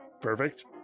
Perfect